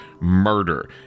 murder